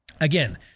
Again